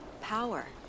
power